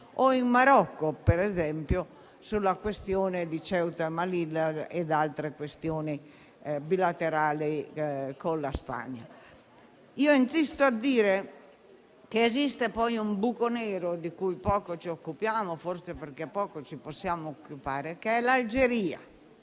poi il Marocco, con la questione di Ceuta e Melilla e altre questioni bilaterali aperte con la Spagna. Insisto a dire che esiste poi un buco nero di cui poco ci occupiamo - forse perché poco ce ne possiamo occupare - che è l'Algeria.